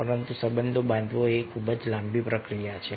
પરંતુ સંબંધ બાંધવો એ ખૂબ જ લાંબી પ્રક્રિયા છે